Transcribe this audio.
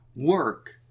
Work